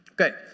okay